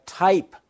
type